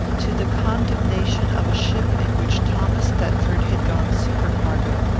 to the condemnation of a ship in which thomas thetford had gone supercargo.